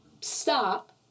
stop